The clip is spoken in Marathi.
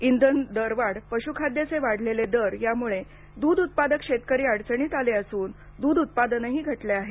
इंधन दरवाढ पशुखाद्याचे वाढलेले दर यामुळे दूध उत्पादक शेतकरी अडचणीत आला असून दूध उत्पादनही घटले आहे